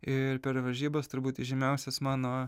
ir per varžybas turbūt įžymiausias mano